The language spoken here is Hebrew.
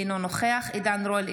אינו נוכח עידן רול,